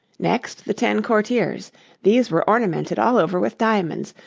next the ten courtiers these were ornamented all over with diamonds,